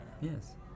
Yes